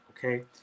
Okay